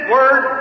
Word